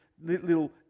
little